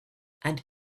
and